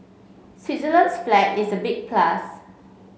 Switzerland's flag is a big plus